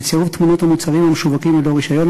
בצירוף תמונות המוצרים המשווקים ללא רישיון,